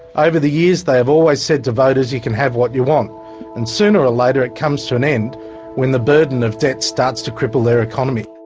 over the years they have always said to voters you can have what you want and sooner or later it comes to an end when the burden of debt starts to cripple their economy.